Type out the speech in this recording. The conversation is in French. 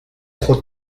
trop